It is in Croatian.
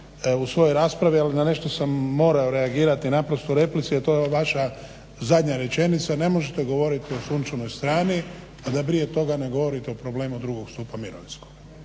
u svojoj raspravi, ali na nešto sam morao reagirati naprosto u replici. A to je ova vaša zadnja rečenica ne možete govoriti o sunčanoj strani a da prije toga ne govorite o problemu drugog stupa mirovinskoga.